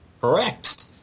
Correct